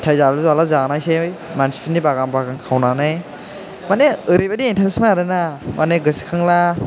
फिथाय जालु जाला जानायसै मानसिफोरनि बागान बागान खावनानै माने ओरैबायदि एनटारेस मोन आरो ना माने गोसोखांब्ला